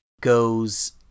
goes